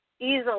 easily